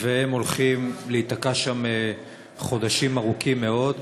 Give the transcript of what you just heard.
והם הולכים להיתקע שם חודשים ארוכים מאוד,